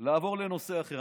אני רוצה לעבור לנושא אחר.